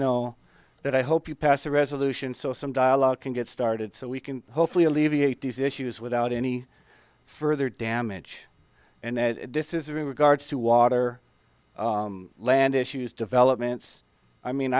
know that i hope you pass a resolution so some dialogue can get started so we can hopefully alleviate these issues without any further damage and then this is a regards to water land issues developments i mean